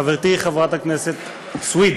חברתי חברת הכנסת סוִיד